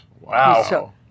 Wow